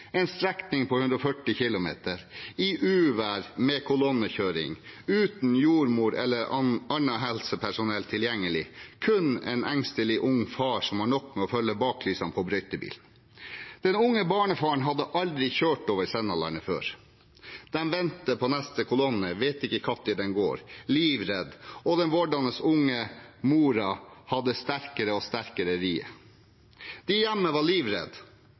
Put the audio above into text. en strekning på 140 km, i uvær med kolonnekjøring, uten jordmor eller annet helsepersonell tilgjengelig, kun en engstelig ung far som har nok med å følge baklysene på brøytebilen. Den unge barnefaren hadde aldri kjørt over Sennalandet før. Livredde venter de på neste kolonne og vet ikke når den går, mens den unge vordende moren har sterkere og sterkere rier. De hjemme var